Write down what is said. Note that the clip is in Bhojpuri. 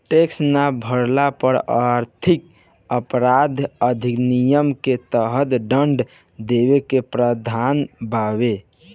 टैक्स ना भरला पर आर्थिक अपराध अधिनियम के तहत दंड देवे के प्रावधान बावे